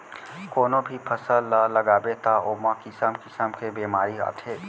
कोनो भी फसल ल लगाबे त ओमा किसम किसम के बेमारी आथे